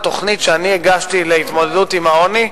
התוכנית שאני הגשתי להתמודדות עם העוני,